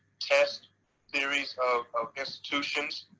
test theories of institutions.